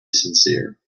sincere